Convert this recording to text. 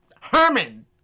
Herman